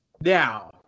Now